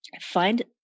find